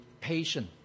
patient